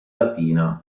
latina